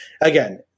Again